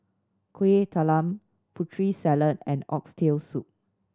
Kueh Talam Putri Salad and Oxtail Soup